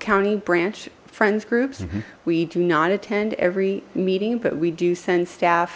county branch friends groups we do not attend every meeting but we do send staff